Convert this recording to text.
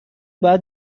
باید